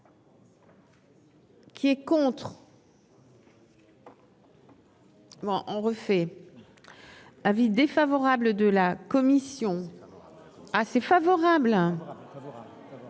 Qui est contre. Bon, on refait avis défavorable de la commission assez favorable.